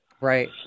Right